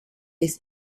des